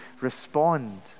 respond